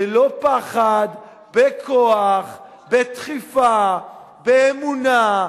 ללא פחד, בכוח, בדחיפה, באמונה.